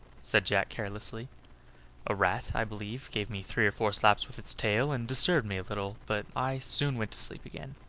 said jack, carelessly a rat, i believe, gave me three or four slaps with its tail, and disturbed me a little but i soon went to sleep again.